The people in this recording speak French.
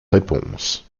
réponse